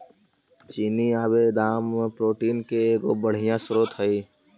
चिनिआबेदाम protein के एगो बढ़ियाँ स्रोत हई